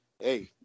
hey